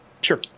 Sure